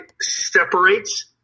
separates –